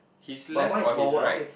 his left or his right